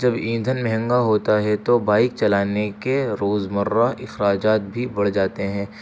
جب ایندھن مہنگا ہوتا ہے تو بائک چلانے کے روزمرہ اخراجات بھی بڑھ جاتے ہیں